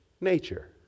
nature